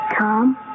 Tom